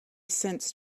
sensed